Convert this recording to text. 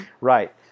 right